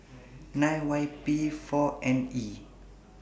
nine Y P four N E